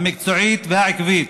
המקצועית והעקבית